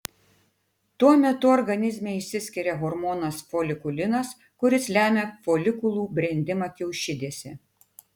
tuo metu organizme išsiskiria hormonas folikulinas kuris lemia folikulų brendimą kiaušidėse